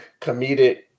comedic